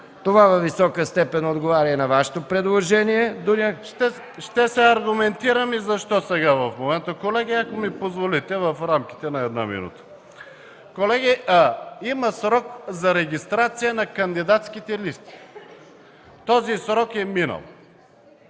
Това във висока степен отговаря и на Вашето предложение. МУСТАФА КАРАДАЙЪ: Ще се аргументирам и защо сега, в момента. Колеги, ако ми позволите, в рамките на една минута ще кажа. Колеги, има срок за регистрация на кандидатските листи. Този срок е минал.